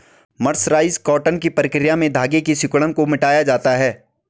mercerised cotton की प्रक्रिया में धागे की सिकुड़न को मिटाया जाता है